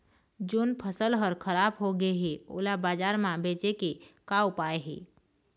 जोन फसल हर खराब हो गे हे, ओला बाजार म बेचे के का ऊपाय हे?